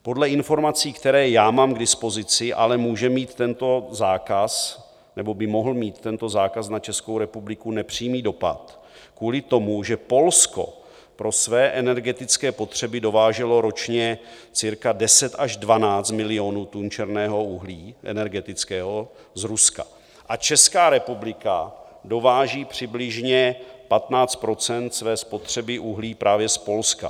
Podle informací, které mám k dispozici, ale může mít tento zákaz nebo by mohl mít tento zákaz na Českou republiku nepřímý dopad kvůli tomu, že Polsko pro své energetické potřeby dováželo ročně cirka 10 až 12 milionů tun energetického černého uhlí z Ruska a Česká republika dováží přibližně 15 % své spotřeby uhlí právě z Polska.